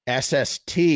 SST